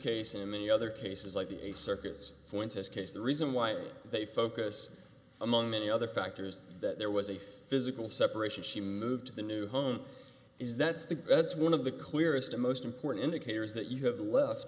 case in many other cases like the a circus pointis case the reason why they focus among many other factors that there was a physical separation she moved to the new home is that's the that's one of the clearest most important indicators that you have left